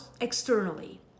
externally